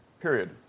Period